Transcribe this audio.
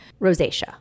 rosacea